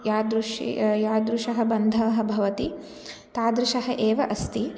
यादृशः यादृशः बन्धः भवति तादृशः एव अस्ति